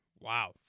wow